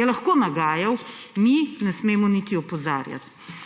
Je lahko nagajal, mi ne smemo niti opozarjati.